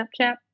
Snapchat